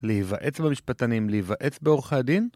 להיוועץ במשפטנים, להיוועץ בעורכי הדין